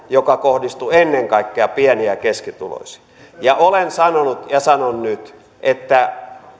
joka kohdistuu ennen kaikkea pieni ja keskituloisiin olen sanonut ja sanon nyt että